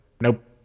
nope